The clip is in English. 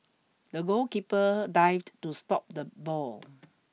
the goalkeeper dived to stop the ball